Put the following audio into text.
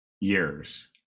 years